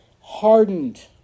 hardened